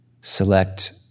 select